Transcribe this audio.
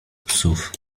psów